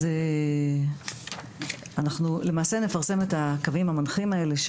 אז אנחנו למעשה נפרסם את הקווים המנחים האלה,